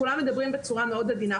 כולם מדברים בצורה מאוד עדינה.